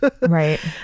Right